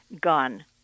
gun